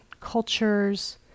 cultures